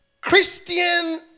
Christian